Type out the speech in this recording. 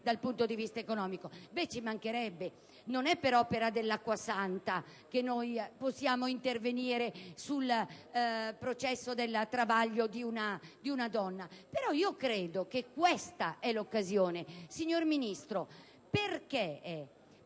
dal punto di vista economico. Ci mancherebbe! Non è per opera dell'acqua santa che noi possiamo intervenire sul processo del travaglio di una donna. Io credo che questa sia l'occasione. Signor Ministro perché lo